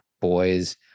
boys